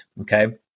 okay